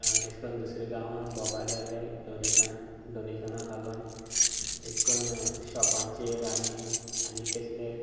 अशें करून दुसऱ्या गांवां भोंवपाक गेल्ले डोनेशना डोनेशना लागोन अशे करून शॉपांचेर आनी आनी कसले